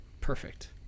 perfect